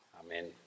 Amen